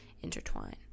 intertwine